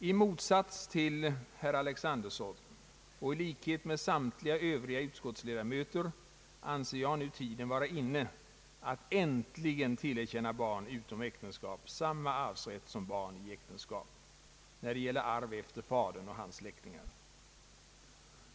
I motsats till herr Alexanderson och i likhet med samtliga övriga utskottsledamöter anser jag nu tiden vara inne att äntligen tillerkänna barn utom äktenskap samma arvsrätt som barn i äktenskap när det gäller arv efter fadern och hans släktingar.